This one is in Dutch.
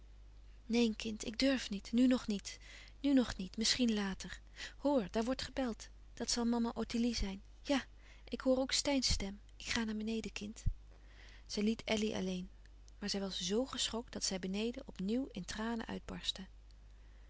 neen kind ik durf niet nu nog niet nu nog niet misschien later hoor daar wordt gebeld dat zal mama ottilie zijn ja ik hoor ook steyns stem ik ga naar beneden kind zij liet elly alleen maar zij was zoo geschokt dat zij beneden op nieuw in tranen uitbarstte